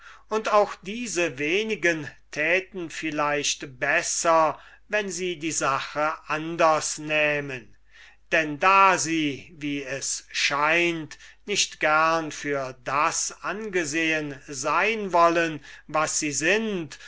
und auch diese wenigen täten vielleicht besser wenn sie die sache anders nähmen denn da sie wie es scheint nicht gerne für das angesehen sein wollen was sie sind